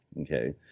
Okay